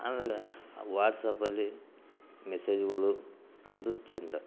ಆಮೇಲೆ ವಾಟ್ಸಪ್ಪಲ್ಲಿ ಮೆಸೇಜ್ಗಳು ಅದು ಚೆಂದ